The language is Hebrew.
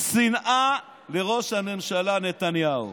שנאה לראש הממשלה נתניהו.